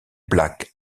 black